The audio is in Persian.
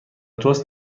تست